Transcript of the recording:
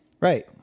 Right